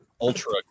Ultra